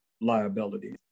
liability